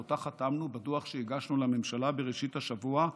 שאותה חתמנו בדוח שהגשנו לממשלה בראשית השבוע,